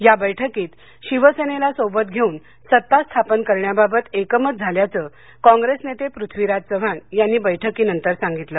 या बैठकीत शिवसेनेला सोबत घेऊन सत्ता स्थापन करण्याबाबत एकमत झाल्याचं कॉंग्रेस नेते पृथ्वीराज चव्हाण यांनी बैठकीनंतर सांगितलं